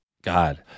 God